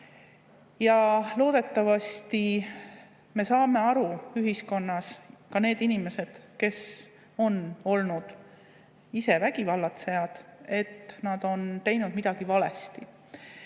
Ja loodetavasti me saame aru ühiskonnas, ka need inimesed, kes on olnud ise vägivallatsejad, et nad on teinud midagi valesti,